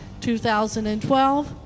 2012